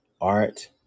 art